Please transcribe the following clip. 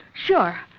Sure